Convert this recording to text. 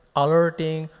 alerting,